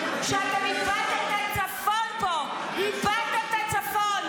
חבר הכנסת ואטורי, אני קורא אותך לסדר.